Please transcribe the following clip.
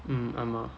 mm ஆமா:aamaa